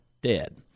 dead